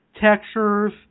textures